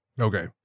Okay